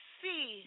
see